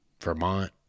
Vermont